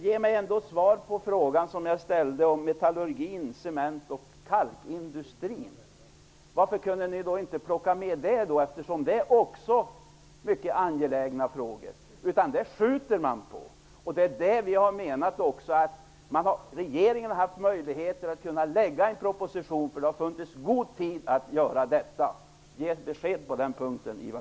Ge mig ändå svar på frågan som jag ställde om metallurgi-, cement och kalkindustrierna. Varför kunde ni inte plocka med det, eftersom det också är mycket angelägna frågor? Dem skjuter man på. Vi menar att regeringen har haft möjligheter att lägga fram en proposition, för det har funnits god tid att göra det. Ge ett besked på den punkten, Ivar